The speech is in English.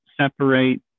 separate